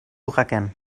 rackern